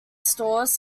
stores